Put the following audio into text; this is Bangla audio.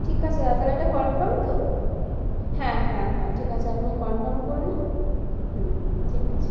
ঠিক আছে দাদা তালে এটা কনফার্ম তো হ্যাঁ হ্যাঁ হ্যাঁ ঠিক আছে আপনি কনফার্ম করে নিন হুম ঠিক আছে